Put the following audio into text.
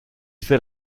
fait